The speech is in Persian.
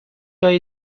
هایی